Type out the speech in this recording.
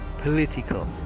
political